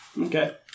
Okay